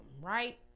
right